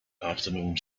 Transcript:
afternoons